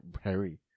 Harry